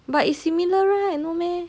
but is similar right no meh